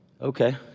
okay